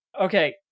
Okay